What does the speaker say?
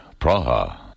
Praha